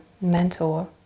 mentor